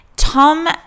Tom